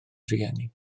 rhieni